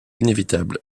inévitable